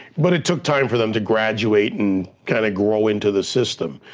but it took time for them to graduate and kind of grow into the system.